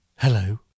Hello